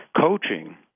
coaching